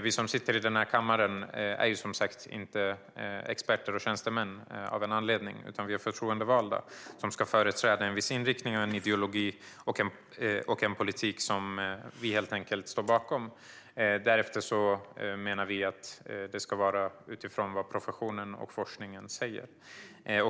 Vi som sitter i den här kammaren är som sagt inte experter och tjänstemän, och detta av en anledning. Vi är förtroendevalda, som ska företräda en viss inriktning och ideologi och föra en politik som vi står bakom. Därefter menar vi att det ska göras utifrån vad professionen och forskningen säger.